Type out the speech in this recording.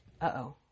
uh-oh